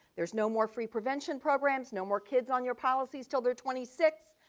there's no more free prevention programs, no more kids on your policies until they're twenty six,